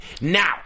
Now